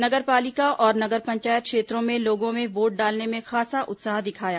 नगर पालिका और नगर पंचायत क्षेत्रों में लोगों में वोट डालने में खासा उत्साह दिखाया